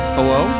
Hello